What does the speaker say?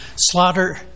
slaughter